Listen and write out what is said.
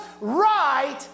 right